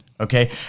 Okay